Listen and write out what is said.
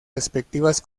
respectivas